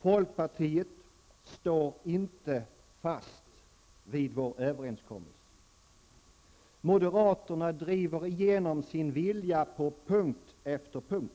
Folkpartiet står inte fast vid vår överenskommelse. Moderaterna driver igenom sin vilja på punkt efter punkt.